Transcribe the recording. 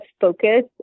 focus